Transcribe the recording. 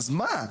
אז מה?